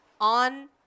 on